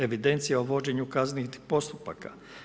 Evidencija o vođenju kaznenih postupaka?